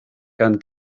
gan